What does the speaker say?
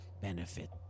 benefit